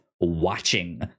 watching